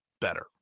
better